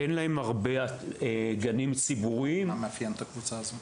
אין להן הרבה גנים ציבוריים --- מה מאפיין את הקבוצה הזו?